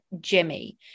jimmy